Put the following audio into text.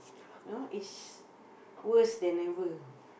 you know it's worse than ever